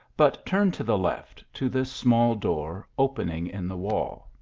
but turn to the left, to this small door, opening in the wall.